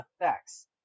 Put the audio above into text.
effects